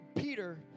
Peter